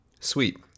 sweet